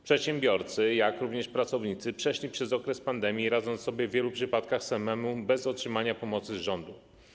Przedsiębiorcy, jak również pracownicy przeszli przez okres pandemii, radząc sobie w wielu przypadkach sami, bez otrzymania pomocy z rządu.